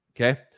Okay